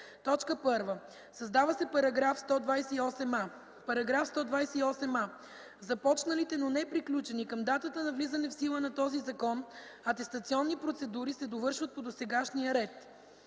1. Създава се § 128а: „§ 128а. Започналите, но неприключени към датата на влизане в сила на този закон атестационни процедури, се довършват по досегашния ред.”